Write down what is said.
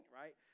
right